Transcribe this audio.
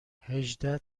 هجده